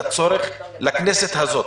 לצורך הכנסת הזאת.